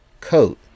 coat